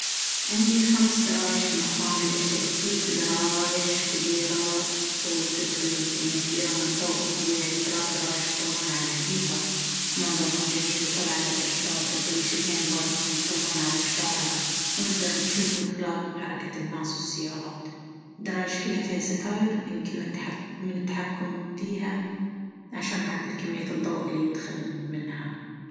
عندي خمس درايش في المكان اللي أشتغل فيه. كل درايش كبيرة وتدخل كمية كبيرة من الضوء الطبيعي. ثلاث درايش يطلون على الحديقة، ومنظرهم جميل يطل على الأشجار. الدريشتين الباقيتين يطلون على الشارع، ونقدر نجوف من خلالهم حركة الناس والسيارات. الدرايش كلها فيها ستاير يمكننا التحكم- من التحكم فيها عشان نعدل كمية الضوء اللي يدخل منها.